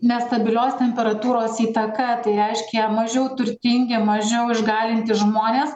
nestabilios temperatūros įtaka tai reiškia mažiau turtingi mažiau išgalintys žmonės